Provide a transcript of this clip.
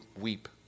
weep